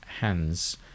hands